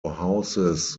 houses